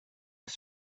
was